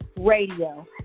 Radio